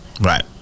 Right